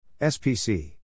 SPC